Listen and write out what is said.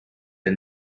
and